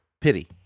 Pity